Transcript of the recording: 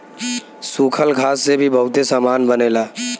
सूखल घास से भी बहुते सामान बनेला